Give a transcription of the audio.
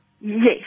Yes